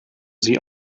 sie